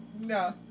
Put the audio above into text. No